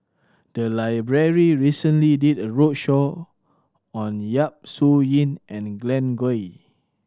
the library recently did a roadshow on Yap Su Yin and Glen Goei